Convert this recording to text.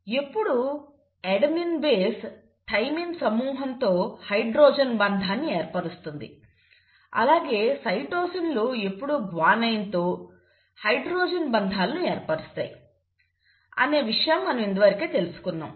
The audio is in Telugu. ఎప్పుడూ అడెనిన్ బేస్ థైమిన్ సమూహంతో హైడ్రోజన్ బంధాన్ని ఏర్పరుస్తుంది అలాగే సైటోసిన్లు ఎప్పుడూ గ్వానైన్తో హైడ్రోజన్ బంధాలను ఏర్పరుస్తాయి అనే విషయాన్ని మనం ఇదివరకే తెలుసుకున్నాం